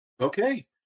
Okay